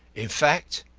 in fact,